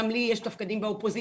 גם לי יש תפקידים באופוזיציה,